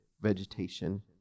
vegetation